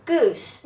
Goose